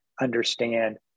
understand